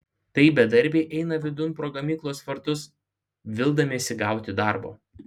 tai bedarbiai eina vidun pro gamyklos vartus vildamiesi gauti darbo